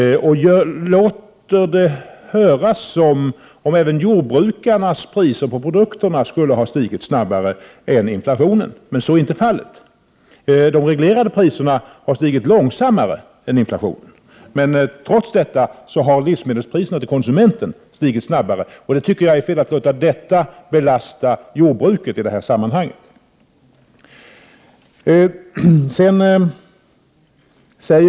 1988/89:127 får det att låta som att även jordbrukarnas ersättning för sina produkter 2 juni 1989 skulle ha stigit snabbare än inflationen, men så är inte fallet. De reglerade priserna har stigit i en långsammare takt än inflationen. Trots detta har konsumenternas livsmedelspriser stigit snabbare, och jag tycker det är felaktigt att i det här sammanhanget belasta jordbruket för detta.